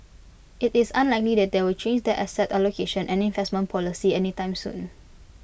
IT is unlikely that they will change their asset allocation and investment policy any time soon